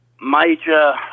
major